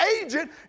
agent